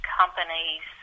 companies